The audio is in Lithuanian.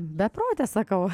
beprotė sakau